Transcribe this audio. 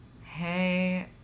Hey